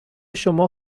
شما